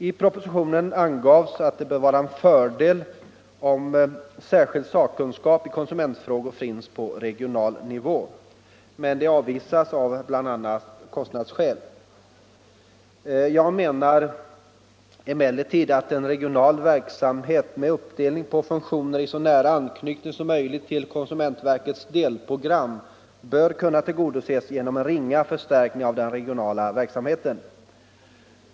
I propositionen angavs att det bör vara en fördel om särskild sakkunskap i konsumentfrågor finns på regional nivå. Men det avvisas bl.a. av kostnadsskäl. Jag menar emellertid att en regional verksamhet med uppdelning på funktioner i så nära anknytning som möjligt till konsumentverkets delprogram bör kunna tillgodoses genom en ringa förstärkning av den regionala verksamheten.